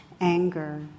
anger